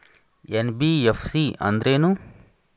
NBFC ಅಂದ್ರೇನು?